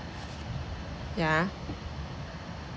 yeah